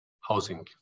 housing